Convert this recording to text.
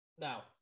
Now